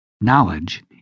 Knowledge